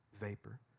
vapor